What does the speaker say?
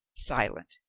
silent.